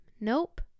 nope